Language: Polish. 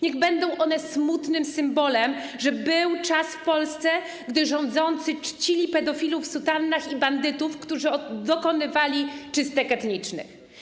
Niech będą one smutnym symbolem, że był czas w Polsce, gdy rządzący czcili pedofilów w sutannach i bandytów, którzy dokonywali czystek etnicznych.